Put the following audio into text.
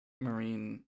marine